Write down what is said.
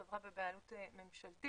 חברה בבעלות ממשלתית.